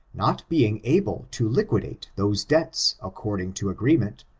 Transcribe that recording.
not being able to liquidate those debts according to agreement,